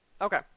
Okay